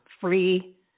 Free